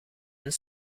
een